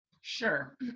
sure